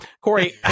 Corey